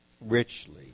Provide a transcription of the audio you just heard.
Richly